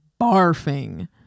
barfing